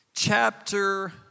Chapter